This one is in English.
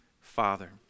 Father